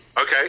Okay